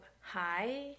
hi